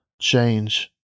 change